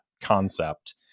concept